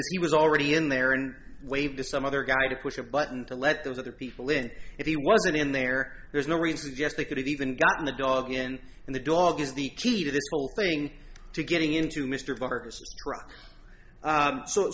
e he was already in there and waved to some other guy to push a button to let those other people in if he wasn't in there there's no reason yes they could have even gotten the dog in and the dog is the key to this whole thing to getting into mr vargas